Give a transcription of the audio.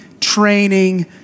training